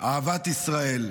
אהבת ישראל.